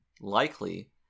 likely